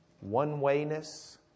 one-wayness